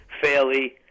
fairly